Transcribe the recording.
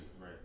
Right